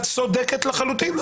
את צודקת לחלוטין.